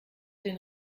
den